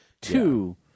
Two